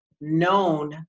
known